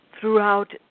throughout